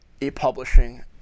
e-publishing